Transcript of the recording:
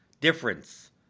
difference